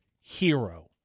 Hero